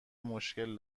مشکل